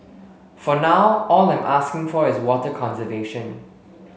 for now all I'm asking for is water conservation